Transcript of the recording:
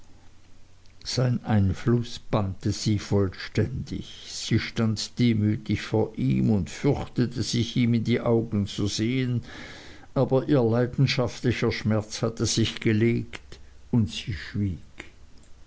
sein einfluß bannte sie vollständig sie stand demütig vor ihm und fürchtete sich ihm in die augen zu sehen aber ihr leidenschaftlicher schmerz hatte sich gelegt und sie schwieg